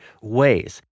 ways